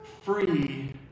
free